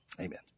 Amen